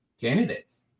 candidates